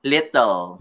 Little